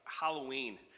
Halloween